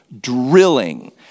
drilling